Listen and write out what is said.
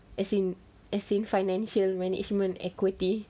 as in as in financial management equity